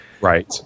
Right